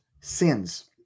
sins